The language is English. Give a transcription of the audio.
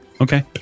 Okay